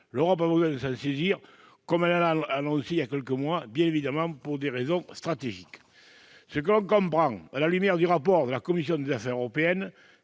L'Europe a raison de s'en saisir, comme elle l'a annoncé il y a quelques mois, pour des raisons stratégiques. Ce que l'on comprend à la lumière du rapport de la commission des affaires européennes,